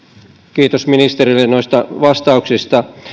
kiitos ministerille noista vastauksista